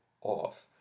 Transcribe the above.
off